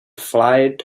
flight